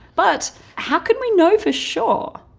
but how can we know for sure?